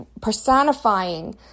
personifying